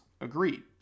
agreed